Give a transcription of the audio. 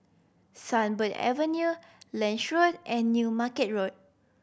Sunbird Avenue Lange Road and New Market Road